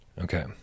Okay